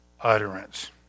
utterance